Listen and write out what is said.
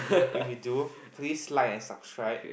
if you do please like and subscribe